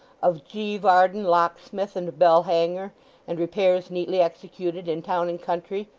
of g. varden locksmith and bell-hanger and repairs neatly executed in town and country,